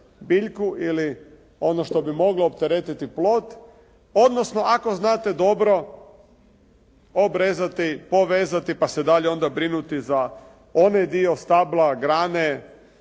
biljku ili ono što bi moglo opteretiti plod, odnosno ako znate dobro obrezati, povezati, pa se dalje onda brinuti za onaj dio stabla, grane